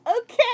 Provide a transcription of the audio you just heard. okay